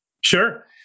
Sure